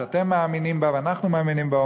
שאתם מאמינים בה ואנחנו מאמינים בה,